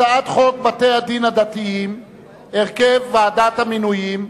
הצעת חוק בתי-הדין הדתיים (תיקוני חקיקה) (הרכב ועדת המינויים),